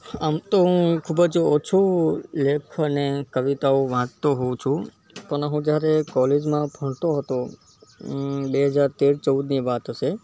આમ તો હું ખૂબ જ ઓછો લેખ અને કવિતાઓ વાંચતો હોઉં છું પણ હું જ્યારે કૉલેજમાં ભણતો હતો બે હજાર તેર ચૌદની વાત હશે